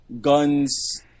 guns